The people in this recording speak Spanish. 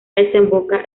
desemboca